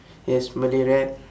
yes malay rap